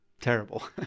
terrible